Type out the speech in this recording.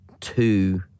two